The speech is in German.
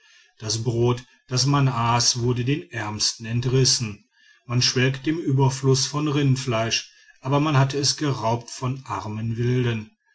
das brot das man aß wurde den ärmsten entrissen man schwelgte im überfluß von rindfleisch aber man hatte es geraubt von armen wilden